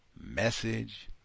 message